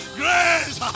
grace